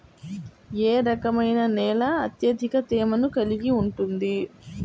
ఏ రకమైన నేల అత్యధిక తేమను కలిగి ఉంటుంది?